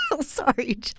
Sorry